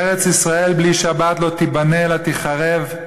ארץ-ישראל בלי שבת לא תיבנה אלא תיחרב,